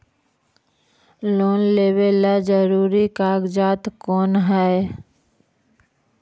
Loan लेब ला जरूरी कागजात कोन है?